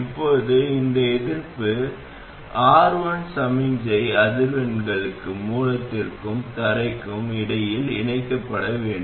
இப்போது இந்த எதிர்ப்பு R1 சமிக்ஞை அதிர்வெண்களுக்கு மூலத்திற்கும் தரைக்கும் இடையில் இணைக்கப்பட வேண்டும்